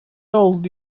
told